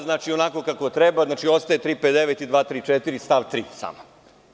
Znači onako kako treba, ostaje 359. i 234. i stav 3. samo.